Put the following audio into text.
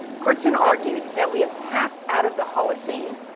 crutzen argued that we have passed out of the holocene,